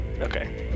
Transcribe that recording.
Okay